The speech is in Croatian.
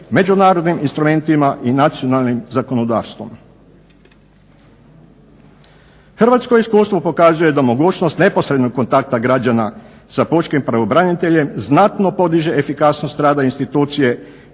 međunarodnim instrumentima i nacionalnim zakonodavstvom. Hrvatsko iskustvo pokazuje da mogućnost neposrednog kontakta građana sa pučkim pravobraniteljem znatno podiže efikasnost rada institucije,